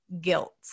guilt